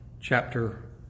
chapter